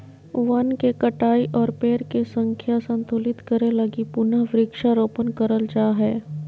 वन के कटाई और पेड़ के संख्या संतुलित करे लगी पुनः वृक्षारोपण करल जा हय